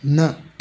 न